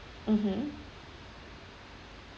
mmhmm